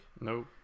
Nope